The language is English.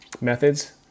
methods